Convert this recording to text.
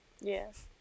Yes